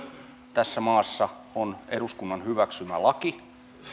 tässä maassa on eduskunnan hyväksymä laki